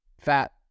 fat